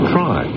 Try